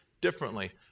differently